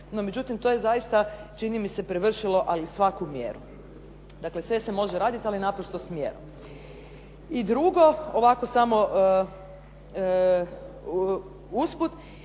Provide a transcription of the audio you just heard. No međutim, to je zaista čini mi se prevršilo ali svaku mjeru. Dakle, sve se može raditi, ali naprosto s mjerom. I drugo, ovako samo usput.